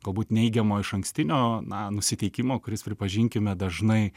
galbūt neigiamo išankstinio na nusiteikimo kuris pripažinkime dažnai